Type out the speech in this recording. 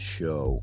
show